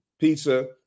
pizza